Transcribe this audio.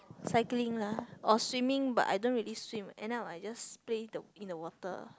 cycling lah or swimming but I don't really swim end up I just play the in the water